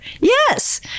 Yes